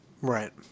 right